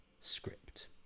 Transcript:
script